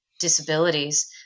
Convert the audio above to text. disabilities